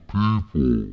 people